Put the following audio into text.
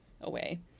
away